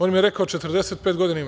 On mi je rekao, 45 godina ima.